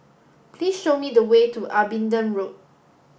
please show me the way to Abingdon Road